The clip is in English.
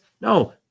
No